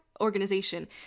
organization